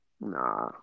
Nah